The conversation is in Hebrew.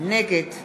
נגד